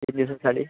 तीन दिवसासाठी